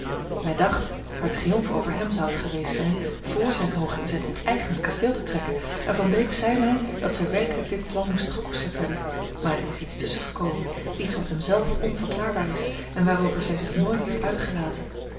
mij dacht haar triomf over hem zou het geweest zijn voor zijne oogen in zijn onteigend kasteel te trekken en van beek zeide mij dat zij werkelijk dit plan moest gekoesterd hebben maar er is iets tusschen gekomen iets wat hem zelf onverklaarbaar is en waarover zij zich nooit heeft uitgelaten